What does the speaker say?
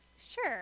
sure